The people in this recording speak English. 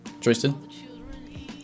Tristan